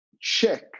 check